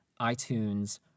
iTunes